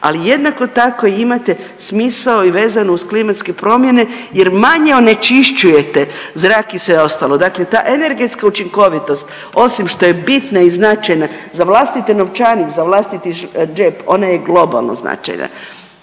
Ali jednako tako imate smisao i vezano uz klimatske promjene jer manje onečišćujete zrak i sve ostalo. Dakle, ta energetska učinkovitost osim što je bitna i značajna za vlastiti novčanik, za vlastiti džep ona je globalno značajna.